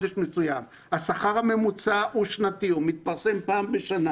השכר הממוצע הוא שנתי, הוא מתפרסם פעם בשנה.